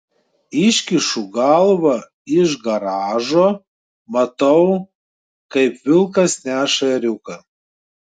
iškišu galvą iš garažo matau kaip vilkas neša ėriuką